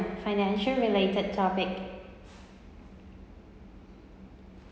financial related topic